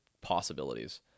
possibilities